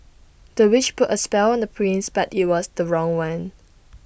the witch put A spell on the prince but IT was the wrong one